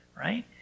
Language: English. right